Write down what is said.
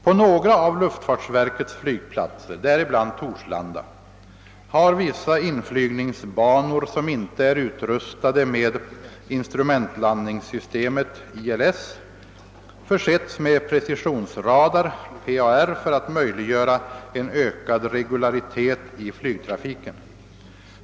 På några av luftfartsverkets flygplatser, däribland Torslanda, har vissa inflygningsbanor som inte är utrustade med instrumentlandningssystemet ILS försetts med precisionsradar, PAR, för att möjliggöra en ökad regularitet i flygtrafiken.